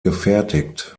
gefertigt